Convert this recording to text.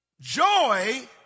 Joy